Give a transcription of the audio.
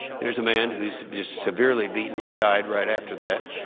there's a man who is severely but and he died right after that.